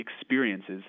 experiences